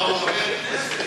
מה, הוא חבר כנסת.